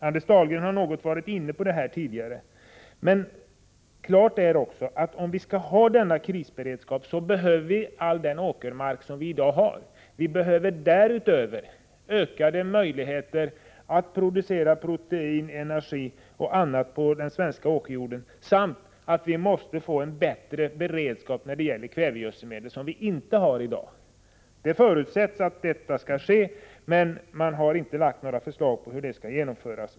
Anders Dahlgren har något varit inne på den här saken tidigare. Klart är att om vi skall hålla denna krisberedskap, så behöver vi all den åkermark vi har i dag. Därutöver behöver vi ökade möjligheter att producera protein, energi och annat, och här är den svenska åkerjorden av grundläggande betydelse. Vi måste vidare få en bättre beredskap när det gäller kvävegödsel — något som vi inte har i dag. Det förutsätts att så skall bli fallet, men några förslag har inte lagts fram om hur det hela skall genomföras.